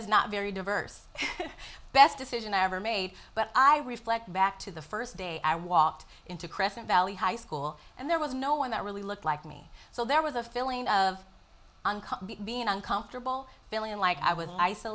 is not very diverse the best decision i ever made but i reflect back to the first day i walked into crescent valley high school and there was no one that really looked like me so there was a feeling of on being uncomfortable feeling like i w